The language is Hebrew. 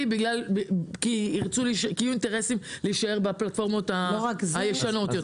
כי יהיו אינטרסים להישאר בפלטפורמות הישנות יותר.